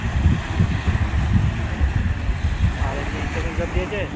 ও ওহ আর এমনি এন্ট্রান্স এগজ্যাম দিয়েছে